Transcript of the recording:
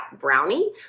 brownie